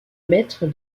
mettre